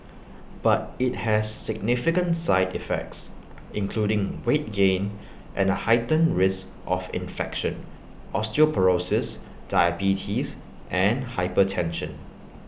but IT has significant side effects including weight gain and A heightened risk of infection osteoporosis diabetes and hypertension